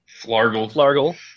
Flargle